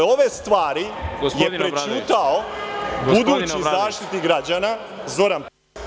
Ove stvari je prećutao budući Zaštitnik građana Zoran